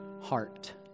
heart